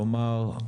כלומר,